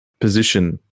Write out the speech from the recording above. position